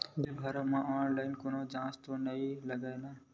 Bill भरे मा online कोनो चार्ज तो नई लागे ना?